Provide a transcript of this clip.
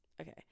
Okay